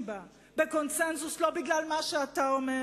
בה בקונסנזוס לא בגלל מה שאתה אומר,